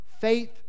faith